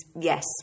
yes